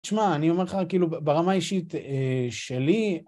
תשמע, אני אומר לך, כאילו, ברמה האישית שלי...